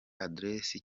adresse